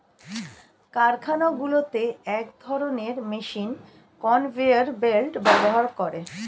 কারখানাগুলোতে এক ধরণের মেশিন কনভেয়র বেল্ট ব্যবহার করে